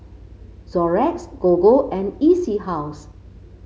Xorex Gogo and E C House